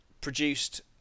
produced